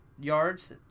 yards